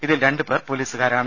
ഇതിൽ രണ്ട് പേർ പൊലീസുകാരാണ്